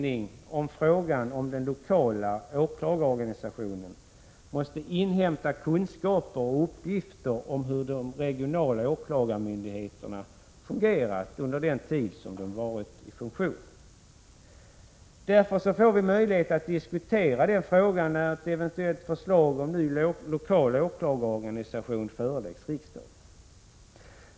1986/87:94 frågan om den nya lokala åklagarorganisationen måste inhämta kunskaper 25 mars 1987 och uppgifter om hur regionåklagarmyndigheterna fungerat under den tid de varit i funktion. Därför får vi möjligheter att diskutera den frågan när ett eventuellt förslag om ny lokal åklagarorganisation föreläggs riksdagen.